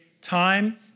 time